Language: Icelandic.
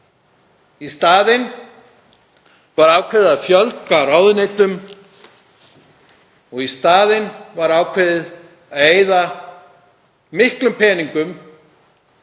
Í staðinn var ákveðið að fjölga ráðuneytum. Í staðinn var ákveðið að eyða miklum peningum